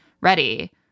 ready